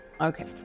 Okay